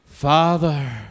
Father